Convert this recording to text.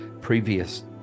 previous